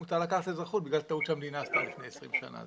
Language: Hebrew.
שמותר לקחת אזרחות בגלל טעות שמדינה עשתה לפני 20 שנה.